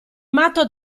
matto